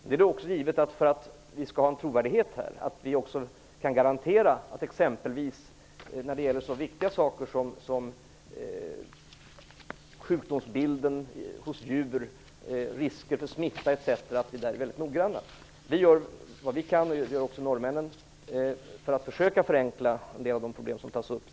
Det är då också givet, för att vi skall ha en trovärdighet här, att vi skall kunna garantera att vi är väldigt noggranna, exempelvis när det gäller så viktiga saker som sjukdomsbilden hos djur, risken för smitta etc. Vi gör vad vi kan, liksom norrmännen, för att försöka förenkla en del av de problem som tas upp.